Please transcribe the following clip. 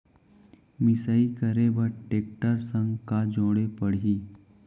मिसाई करे बर टेकटर संग का जोड़े पड़ही?